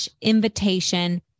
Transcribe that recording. invitation